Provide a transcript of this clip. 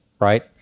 Right